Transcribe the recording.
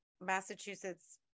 Massachusetts